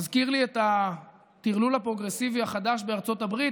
זה מזכיר לי את הטרלול הפרוגרסיבי החדש בארצות הברית,